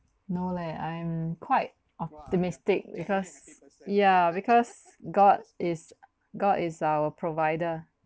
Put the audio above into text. no leh I'm quite optimistic because yeah because god is god is our provider